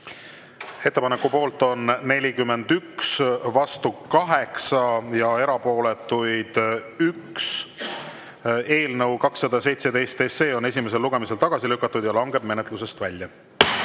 Ettepaneku poolt on 41, vastu 8 ja erapooletuid 1. Eelnõu 217 on esimesel lugemisel tagasi lükatud ja langeb menetlusest välja.